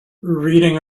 reading